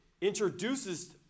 introduces